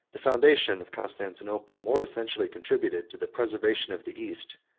the foundation of constantinople more essentially contributed to the preservation of the east,